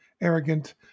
arrogant